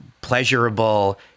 pleasurable